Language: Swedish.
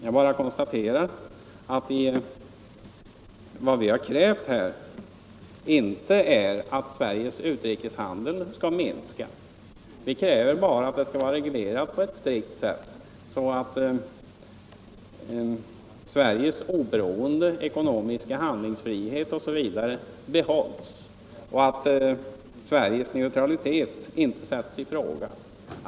Jag bara konstaterar att vi inte har krävt att Sveriges utrikeshandel skall minska. Vi kräver bara att den skall vara reglerad på ett strikt sätt, så att Sveriges oberoende och ekonomiska handlingsfrihet behålls och att Sveriges neutralitet inte sätts i fråga.